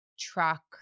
truck